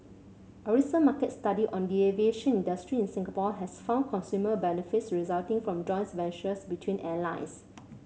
a recent market study on the aviation industry in Singapore has found consumer benefits resulting from joint ventures between airlines